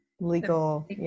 legal